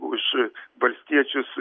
už valstiečius